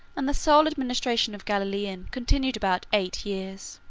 and the sole administration of gallien continued about eight, years.